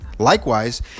Likewise